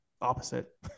opposite